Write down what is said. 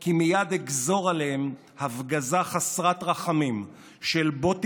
כי מייד אגזור עליהם הפגזה חסרת רחמים של בוטים